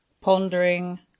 pondering